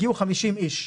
הגיעו 50 איש.